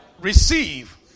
receive